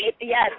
Yes